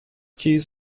keys